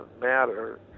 matter